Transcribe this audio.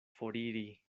foriri